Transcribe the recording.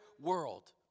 world